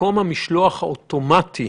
במקום המשלוח האוטומטי